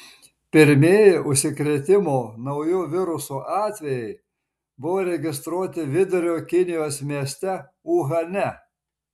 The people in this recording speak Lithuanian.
pirmieji užsikrėtimo nauju virusu atvejai buvo registruoti vidurio kinijos mieste uhane